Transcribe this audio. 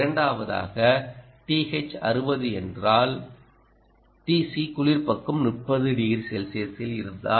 இரண்டாவதாக Th 60 என்றால் Tc குளிர் பக்கம் 30 டிகிரி செல்சியஸில் இருந்தால்